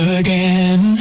again